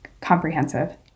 comprehensive